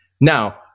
Now